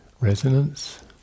resonance